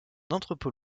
entrepôt